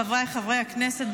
חבריי חברי הכנסת,